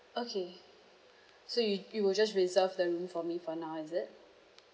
okay so you you will just reserve the room for me for now is it